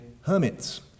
hermits